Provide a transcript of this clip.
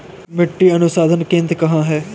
मिट्टी अनुसंधान केंद्र कहाँ है?